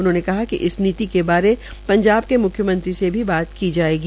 उन्होंने कहा कि इस नीति के बारे पंजाब के मुख्यमंत्री से भी बात की जायेगी